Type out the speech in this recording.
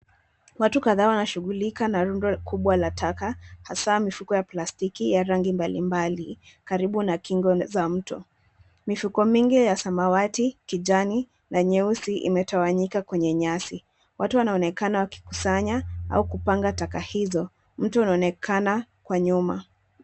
Watu kadhaa wanashughulika na rundo kubwa la taka hasa mifuko ya plastiki ya rangi mbalimbali karibu na kingo za mto. Mifuko mingi ya samawati, kijani na nyeusi imetawanyika kwenye nyasi. Watu wanaonekana wakikusanya au kupanga taka izo. Mto unaonekana kwa nyuma.